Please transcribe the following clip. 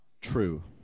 True